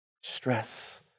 Stress